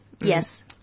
Yes